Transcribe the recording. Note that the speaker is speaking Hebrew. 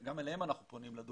גם אליהם אנחנו פונים, לדוברות,